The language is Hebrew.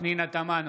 פנינה תמנו,